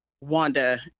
Wanda